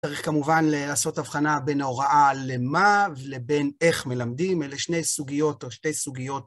צריך כמובן לעשות הבחנה בין ההוראה למה ולבין איך מלמדים אלה שני סוגיות או שתי סוגיות.